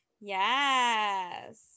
Yes